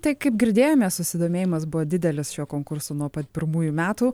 tai kaip girdėjome susidomėjimas buvo didelis šiuo konkursu nuo pat pirmųjų metų